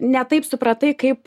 ne taip supratai kaip